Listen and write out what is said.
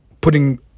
putting